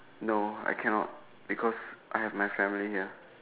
no I cannot because I have my family here